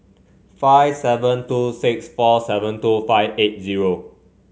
five seven two six four seven two five eight zero